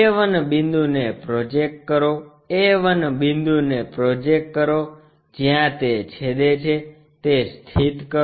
a1 બિંદુને project કરો a1 બિંદુને પ્રોજેક્ટ કરો જ્યાં તે છેદે છે તે સ્થિત કરો